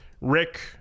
Rick